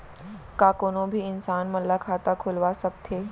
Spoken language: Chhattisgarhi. का कोनो भी इंसान मन ला खाता खुलवा सकथे?